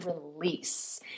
release